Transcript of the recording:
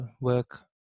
work